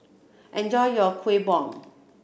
enjoy your Kueh Bom